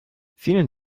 vielen